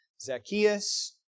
Zacchaeus